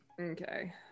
Okay